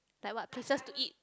like what prefers to eat